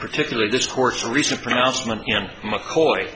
particular this court's recent pronouncement and mccoy